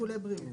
ושיקולי בריאות.